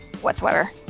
whatsoever